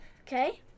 Okay